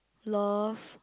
love